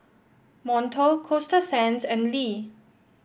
Monto Coasta Sands and Lee